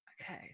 Okay